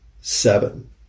seven